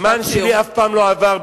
הזמן שלי אף פעם לא עבר.